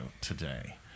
today